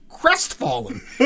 crestfallen